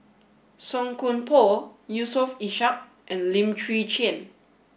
Song Koon Poh Yusof Ishak and Lim Chwee Chian